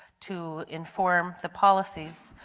to inform the policies,